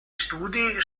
studi